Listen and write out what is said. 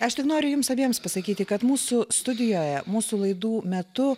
aš tik noriu jums abiems pasakyti kad mūsų studijoje mūsų laidų metu